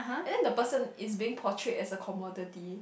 then the person is being portrayed as a commodity